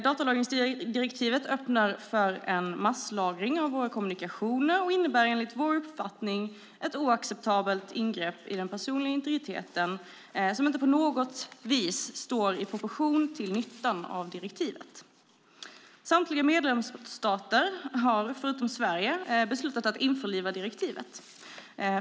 Datalagringsdirektivet öppnar för en masslagring av våra kommunikationer och innebär enligt vår uppfattning ett oacceptabelt ingrepp i den personliga integriteten som inte på något vis står i proportion till nyttan av direktivet. Samtliga medlemsstater, förutom Sverige, har beslutat att införliva direktivet.